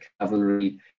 cavalry